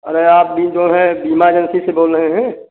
अरे आप भी जो हैं बीमा एजेन्सी से बोल रहे हैं